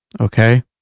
okay